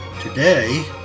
Today